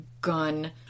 gun